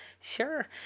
sure